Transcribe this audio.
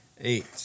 Eight